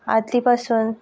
आदीं पासून